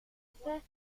pas